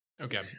Okay